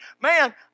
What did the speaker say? Man